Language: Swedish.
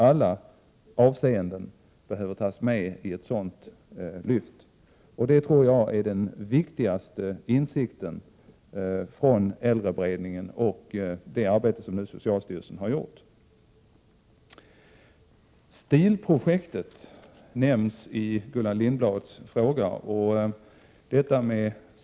Alla sidor måste tas med i ett sådant lyft. Detta tror jag är den viktigaste insikt vi har fått från äldreberedningen och det arbete som socialstyrelsen nu har gjort. STIL-projektet nämns i Gullan Lindblads fråga.